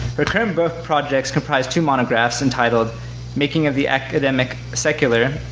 her current book projects comprise two monographs entitled making of the academic secular,